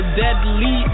deadly